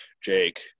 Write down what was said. Jake